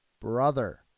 brother